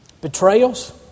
betrayals